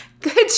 Good